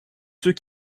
ceux